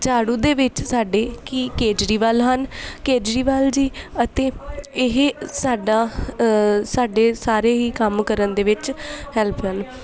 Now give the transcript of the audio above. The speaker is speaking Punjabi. ਝਾੜੂ ਦੇ ਵਿੱਚ ਸਾਡੇ ਕੀ ਕੇਜਰੀਵਾਲ ਹਨ ਕੇਜਰੀਵਾਲ ਜੀ ਅਤੇ ਇਹ ਸਾਡਾ ਸਾਡੇ ਸਾਰੇ ਹੀ ਕੰਮ ਕਰਨ ਦੇ ਵਿੱਚ ਹੈਲਪ ਹਨ